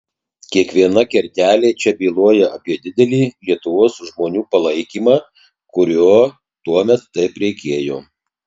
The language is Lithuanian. kiekviena kertelė čia byloja apie didelį lietuvos žmonių palaikymą kurio tuomet taip reikėjo